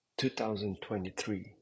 2023